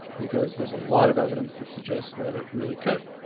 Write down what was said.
because there's a lot of evidence that suggests that it really could.